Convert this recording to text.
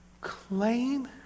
claim